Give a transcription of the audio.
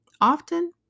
often